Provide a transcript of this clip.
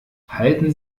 halten